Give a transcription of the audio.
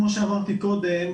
כמו שאמרתי קודם,